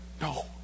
No